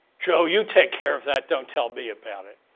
joe, you take care of that don't tell me about it.